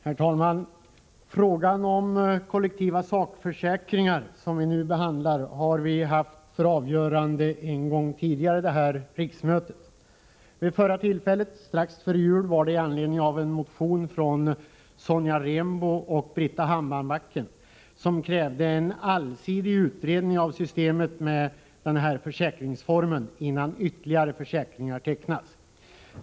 Herr talman! Frågan om kollektiva sakförsäkringar, som vi nu behandlar, har vi haft för avgörande en gång tidigare det här riksmötet. Vid förra tillfället, strax före jul, var det med anledning av en motion från Sonja Rembo och Britta Hammarbacken, som krävde en allsidig utredning av systemet med denna försäkringsform innan ytterligare försäkringar tecknades.